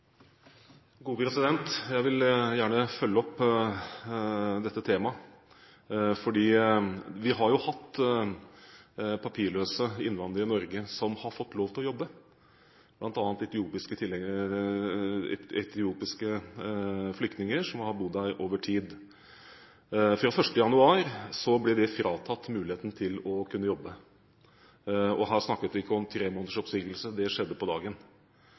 Jeg vil gjerne følge opp dette temaet, for vi har jo hatt papirløse innvandrere i Norge som har fått lov til å jobbe, bl.a. etiopiske flyktninger som har bodd her over tid. Fra 1. januar ble de fratatt muligheten til å kunne jobbe. Her snakker vi ikke om tre måneders oppsigelse, dette skjedde på dagen.